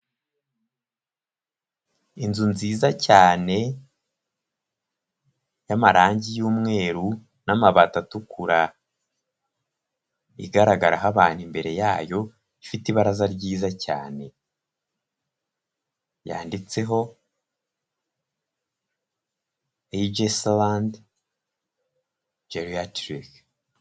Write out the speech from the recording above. Inzu nziza cyane y'amarangi y'umweru n'amabati atukura, igaragaraho abantu imbere yayo, ifite ibaraza ryiza cyane, yanditseho, ejesalandi gereyatirike.